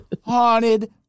Haunted